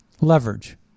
leverage